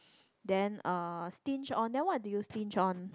then uh stinge on then what do you stinge on